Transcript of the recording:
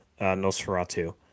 Nosferatu